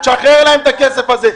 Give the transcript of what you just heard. תשחרר להם את הכסף הזה.